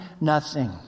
nothing